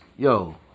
Yo